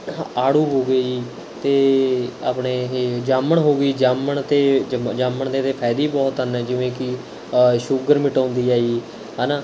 ਆੜੂ ਹੋ ਗਏ ਜੀ ਅਤੇ ਆਪਣੇ ਇਹ ਜਾਮਣ ਹੋ ਗਈ ਜਾਮਣ ਅਤੇ ਜਮ ਜਾਮਣ ਦੇ ਅਤੇ ਫਾਇਦੇ ਹੀ ਬਹੁਤ ਹਨ ਜਿਵੇਂ ਕਿ ਸ਼ੂਗਰ ਮਿਟਾਉਂਦੀ ਹੈ ਜੀ ਹੈ ਨਾ